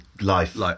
Life